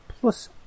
plus